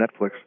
Netflix